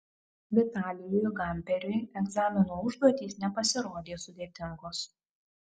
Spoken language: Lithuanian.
vitalijui gamperiui egzamino užduotys nepasirodė sudėtingos